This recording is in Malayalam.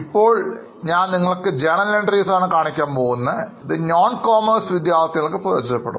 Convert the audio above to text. ഇപ്പോൾ ഞാൻ നിങ്ങൾക്ക് journal entries ആണ് കാണിക്കാൻ പോകുന്നത് ഇത് നോൺ കോമേഴ്സ് വിദ്യാർഥികൾക്ക് പ്രയോജനപ്പെടും